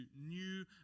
new